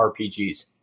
RPGs